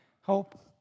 hope